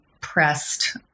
pressed